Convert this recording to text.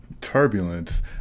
turbulence